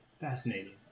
Fascinating